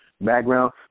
background